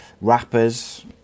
rappers